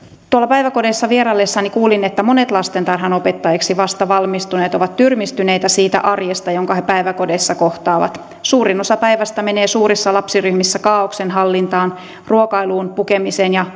päiväkodeissa vieraillessani kuulin että monet lastentarhanopettajiksi vasta valmistuneet ovat tyrmistyneitä siitä arjesta jonka he päiväkodeissa kohtaavat suurin osa päivästä menee suurissa lapsiryhmissä kaaoksen hallintaan ruokailuun pukemiseen ja